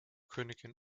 königin